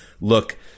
look